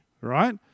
right